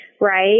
right